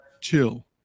chill